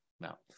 now